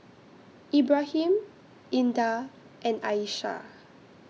Ibrahim Indah and Aishah